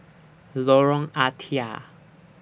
Lorong Ah Thia